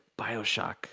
Bioshock